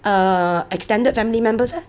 err extended family members eh